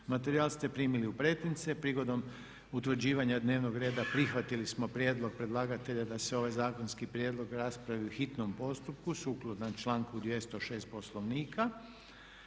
Materijal ste primili u pretince. Prigodom utvrđivanja dnevnog reda prihvatili smo prijedlog predlagatelja da se ovaj zakonski prijedlog raspravi u hitnom postupku sukladno članku 206. Poslovnika.